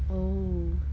oh